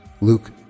Luke